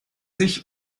sich